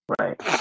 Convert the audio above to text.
right